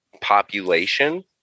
population